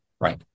right